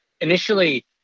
initially